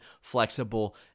flexible